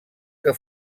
que